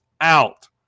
out